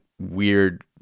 Weird